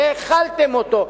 האכלתם אותו,